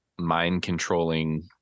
mind-controlling